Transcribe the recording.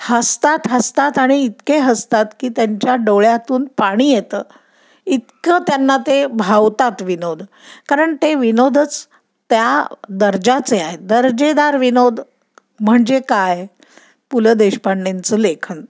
हसतात हसतात आणि इतके हसतात की त्यांच्या डोळ्यातून पाणी येतं इतकं त्यांना ते भावतात विनोद कारण ते विनोदच त्या दर्जाचे आहेत दर्जेदार विनोद म्हणजे काय पु ल देशपांडेंचं लेखन